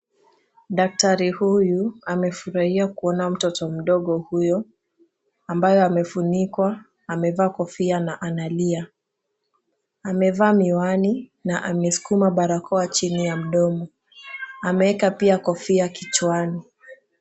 Daktari huyu amefurahia kuona mtoto mdogo huyo ambayo amefunikwa amevaa kofia na analia. Amevaa miwani na ameskuma barakoa chini ya mdomo, ameeka pia kofia kichwani.